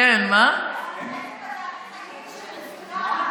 חיים של כפירה.